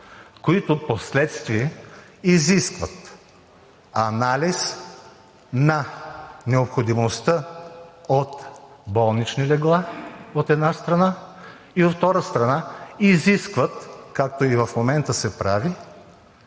която впоследствие изисква анализ на необходимостта от болнични легла, от една страна, от втора страна, изискват, както и в момента се прави,